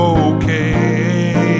okay